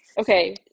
Okay